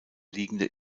liegende